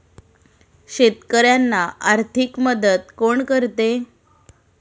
शेतकऱ्यांना आर्थिक मदत कोण करते?